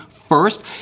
First